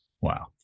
Wow